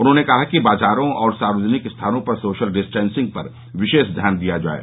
उन्होंने कहा कि बाजारों और सार्वजनिक स्थानों पर सोशल डिस्टेंसिंग पर विशेष ध्यान दिया जाये